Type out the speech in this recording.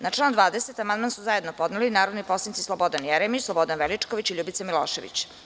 Na član 20. amandman su zajedno podneli narodni poslanici Slobodan Jeremić, Slobodan Veličković i Ljubica Milošević.